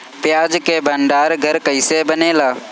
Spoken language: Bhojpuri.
प्याज के भंडार घर कईसे बनेला?